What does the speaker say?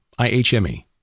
IHME